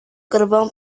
gerbang